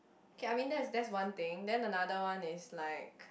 okay I mean that that's one thing then another one is like